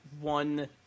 one